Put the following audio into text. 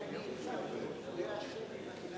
כי אני אישרתי את פדויי השבי,